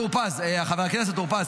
חבר הכנסת טור פז,